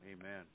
Amen